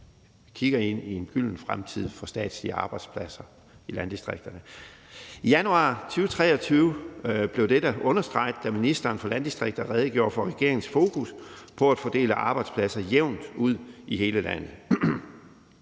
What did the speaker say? kigger vi ind i en gylden fremtid for statslige arbejdspladser i landdistrikterne. I januar 2023 blev dette understreget, da ministeren for landdistrikter redegjorde for regeringens fokus på at fordele arbejdspladser jævnt ud i hele landet.